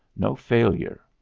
no failure.